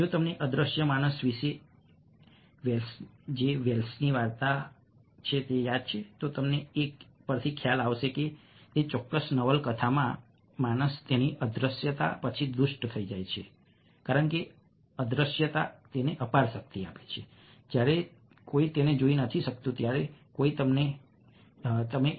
જો તમને અદૃશ્ય માણસ વિશે એજે વેલ્સની વાર્તા યાદ છે તો તમને એ પણ ખ્યાલ આવશે કે તે ચોક્કસ નવલકથામાં માણસ તેની અદૃશ્યતા પછી દુષ્ટ થઈ જાય છે કારણ કે અદૃશ્યતા તેને અપાર શક્તિ આપે છે જ્યારે કોઈ તેને જોઈ શકતું નથી ત્યારે કોઈ તેને જોઈ શકતું નથી